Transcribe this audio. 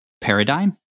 paradigm